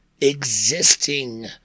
existing